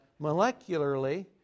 molecularly